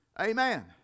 Amen